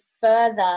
further